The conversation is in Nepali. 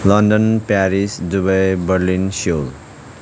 London Paris Dubai Berlin Seoul